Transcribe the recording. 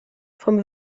vom